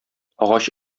агач